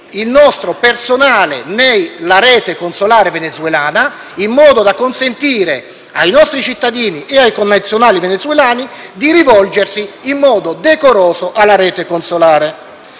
il nostro personale nella rete consolare venezuelana, in modo da consentire ai nostri cittadini e ai connazionali venezuelani di rivolgersi in modo decoroso alla rete consolare.